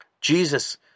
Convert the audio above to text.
Jesus